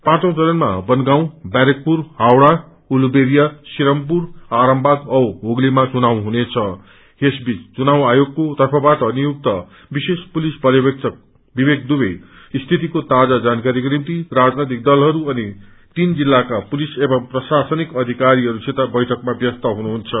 पाचौँ चरणमा बनगाव व्यारेकपुर हावड़ा उलूवेरिया सिरमपुर आरामबाग जौ हुगलीमा चुनाव हुनेछं यस बीच चुनाव आयोगको तर्फबाट नियुक्त विशेष पुलिस पर्यवेषक विवेक दूवे स्थितको ताजा जानकारीको निम्ति राजनैतिक दलहरू अनि तीन जिल्लाका पुलिस एवं प्रशासनिक अविकारहस्सित बैठकमा व्यस्तहुनुहुन्छ